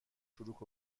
چروک